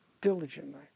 diligently